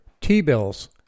T-bills